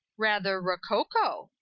rather rococo.